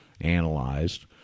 analyzed